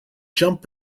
jump